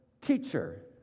teacher